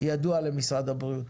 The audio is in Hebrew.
ידוע למשרד הבריאות.